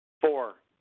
Four